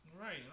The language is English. Right